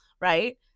Right